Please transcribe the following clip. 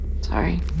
sorry